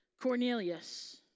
Cornelius